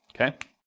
Okay